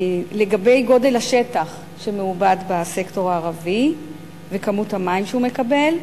לגבי גודל השטח שמעובד בסקטור הערבי וכמות המים שהוא מקבל,